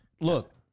Look